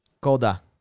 Koda